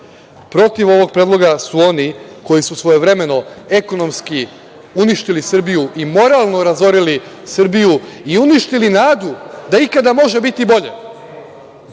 Protiv ovog predloga su oni koji su svojevremeno ekonomski uništili Srbiju i moralno razorili Srbiju i uništili nadu da ikada može biti bolje.